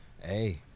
hey